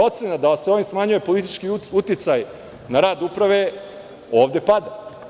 Ocena da se ovim smanjuje politički uticaj na rad uprave ovde pada.